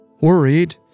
Worried